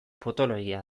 potoloegia